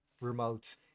remotes